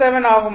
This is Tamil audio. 07 ஆகும்